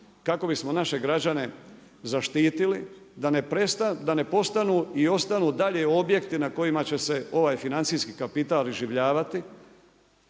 kako bismo naše građane zaštitili da ne postanu i ostanu dalje objekti na kojima će se ovaj financijski kapital iživljavati.